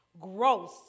gross